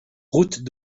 route